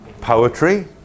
poetry